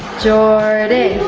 jordan,